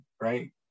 right